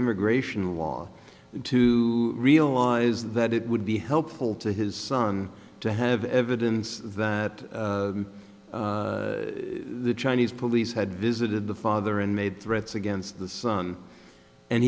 immigration law to realize that it would be helpful to his son to have evidence that the chinese police had visited the father and made threats against the son and